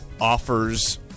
offers